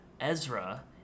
Ezra